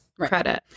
credit